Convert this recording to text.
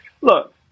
Look